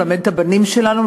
מלמד את הבנים שלנו,